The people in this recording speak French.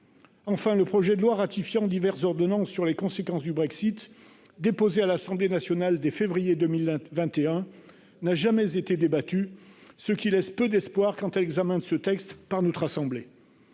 enfin le projet de loi ratifiant diverses ordonnances sur les conséquences du Brexit déposé à l'Assemblée nationale, dès février 2021 n'a jamais été débattue, ce qui laisse peu d'espoir quant à l'examen de ce texte par notre assemblée